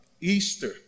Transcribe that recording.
Easter